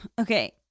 Okay